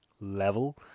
level